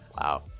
Wow